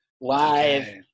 Live